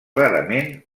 rarament